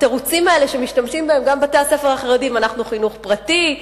התירוצים האלה שמשתמשים בהם גם בתי-הספר החרדיים: אנחנו חינוך פרטי,